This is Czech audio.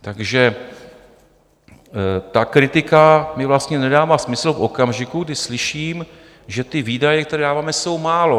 Takže ta kritika mi vlastně nedává smysl v okamžiku, kdy slyším, že výdaje, které dáváme, jsou málo.